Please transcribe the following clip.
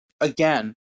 again